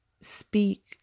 speak